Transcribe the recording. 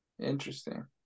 Interesting